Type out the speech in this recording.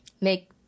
make